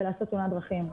ולעשות תאונת דרכים.